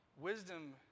Wisdom